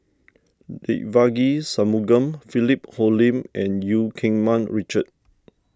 Devagi Sanmugam Philip Hoalim and Eu Keng Mun Richard